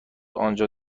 آنجا